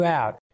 out